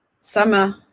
summer